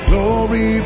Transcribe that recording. Glory